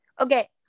Okay